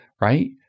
Right